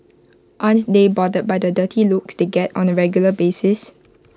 aren't they bothered by the dirty looks they get on A regular basis